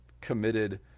committed